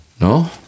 No